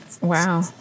Wow